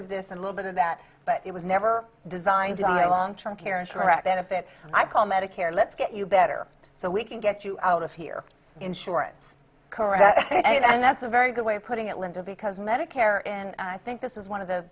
of this a little bit of that but it was never designed long term care insurance benefit i call medicare let's get you better so we can get you out of here insurance and that's a very good way of putting it linda because medicare and i think this is one of the